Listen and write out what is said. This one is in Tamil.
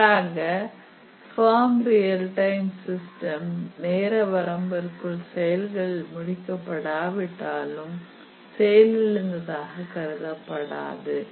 மாறாக பேர்ம் ரியல் டைம் சிஸ்டம் நேர வரம்பிற்குள் செயல்கள் முடிக்க படாவிட்டாலும் செயலிழந்ததாக கருதப்படாது